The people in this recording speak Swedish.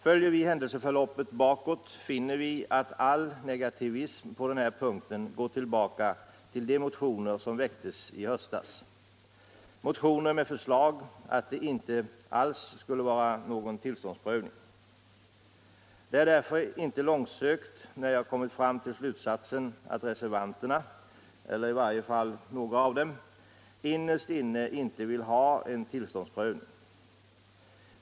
Följer vi händelseförloppet bakåt finner vi att all negativism på den här punkten går tillbaka till de motioner som väcktes i höstas — motioner med förslag att det inte alls skulle vara någon tillståndsprövning. Det är därför inte långsökt när jag kommit fram till slutsatsen att reservanterna — eller i varje fall några av dem — innerst inne inte vill ha en tillståndsprövning.